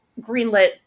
greenlit